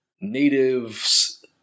Natives